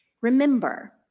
Remember